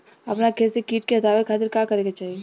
अपना खेत से कीट के हतावे खातिर का करे के चाही?